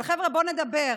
אבל חבר'ה, בואו נדבר.